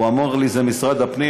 הוא אמר לי: זה משרד הפנים.